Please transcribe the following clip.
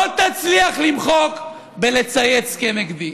לא תצליח למחוק בלצייץ כנגדי.